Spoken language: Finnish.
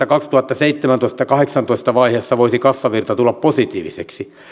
kaksituhattaseitsemäntoista viiva kaksituhattakahdeksantoista vaiheessa voisi kassavirta tulla positiiviseksi